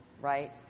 right